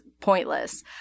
pointless